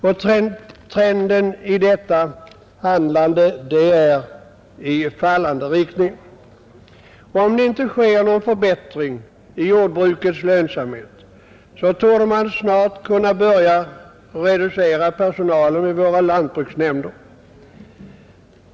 Och trenden går i fallande riktning. Om det inte sker någon förbättring i jordbrukets lönsamhet torde man snart kunna börja reducera personalen vid våra lantbruksnämnder.